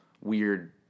weird